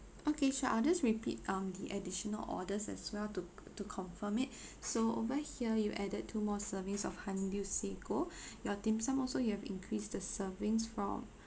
okay sure I'll just repeat um the additional orders as well to to confirm it so over here you added two more servings of honeydew sago your dim sum also you have increase the servings from